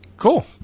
Cool